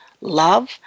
love